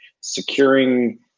securing